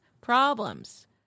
problems